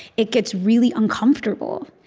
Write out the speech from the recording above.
it gets really uncomfortable.